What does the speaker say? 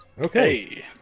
Okay